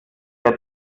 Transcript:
der